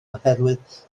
oherwydd